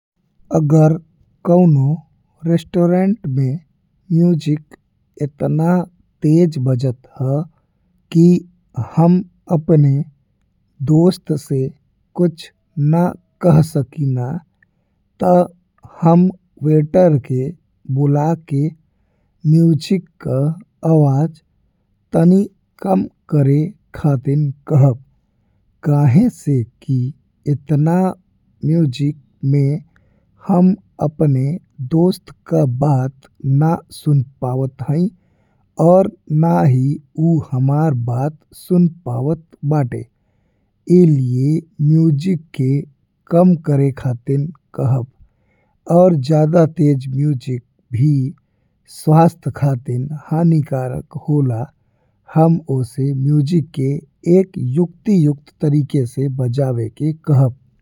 अगर कउनो रेस्टोरेंट में म्यूजिक एतना तेज बजत हा कि हम अपने दोस्त से कुछ ना कह सकीला। ता हम वेटर के बोलाके म्यूजिक का आवाज तनी कम करे खातिर कहब काहे से कि एतना म्यूजिक में हम अपने दोस्त का बात ना सुन पावत हईं। और ना ही ऊ हमार बात सुन पावत बाड़े ए लिए म्यूजिक के कम करे खातिन कहा। और ज्यादा तेज म्यूजिक भी स्वास्थ्य खातिर हानिकारक होला हम ओसे म्यूजिक के एक युक्ति-युक्त तरीके से बजावे के कहब।